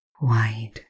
wide